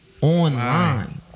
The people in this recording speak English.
Online